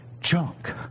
junk